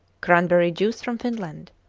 cranberry juice from finland.